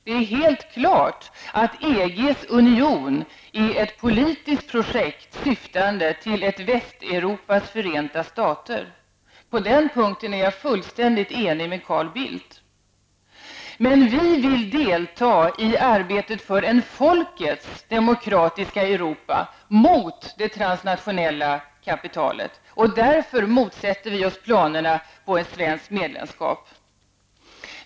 Det är helt klart att EGs union är ett politiskt projekt syftande till ett Västeuropas förenta stater. På den punkten är jag fullständigt enig med Carl Bildt. Vi vill emellertid delta i arbetat för ett folkens demokratiska Europa mot det transnationella kapitalet. Därför motsätter vi oss planerna på ett svenskt medlemskap.